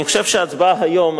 אני חושב שההצבעה היום,